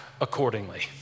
accordingly